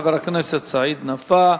תודה לחבר הכנסת סעיד נפאע.